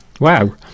wow